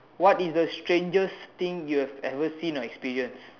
what is the strangest thing you have ever seen or experience